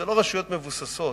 אלה לא רשויות מבוססות,